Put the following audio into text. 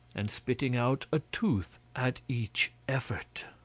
and spitting out a tooth at each effort.